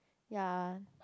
ya